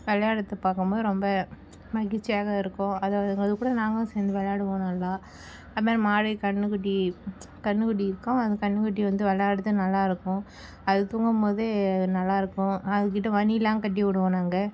விளையாடுறத பார்க்கும் போது ரொம்ப மகிழ்ச்சியாக இருக்கும் அது கூட நாங்களும் சேர்ந்து வெளையாடுவோம் நல்லா அப்புறம் மாடு கன்னுகுட்டி கன்னுகுட்டி இருக்கும் அந்த கன்னுகுட்டி வந்து விளையாடுது நல்லாயிருக்கும் அது நல்லாருக்கும் தூங்கும்போது நல்லாருக்கும் அதுக்கிட்டே மணிலாம் கட்டிவிடுவோம் நாங்கள்